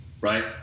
right